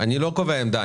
אני לא קובע עמדה,